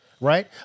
Right